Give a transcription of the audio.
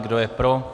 Kdo je pro?